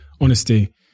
honesty